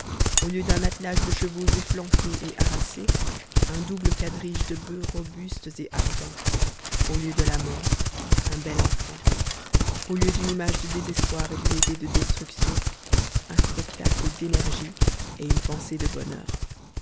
au lieu d'un attelage de chevaux efflanqués et harassés un double quadrige de bufs robustes et ardents au lieu de la mort un bel enfant au lieu d'une image de désespoir et d'une idée de destruction un spectacle d'énergie et une pensée de bonheur